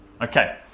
okay